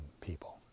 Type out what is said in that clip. people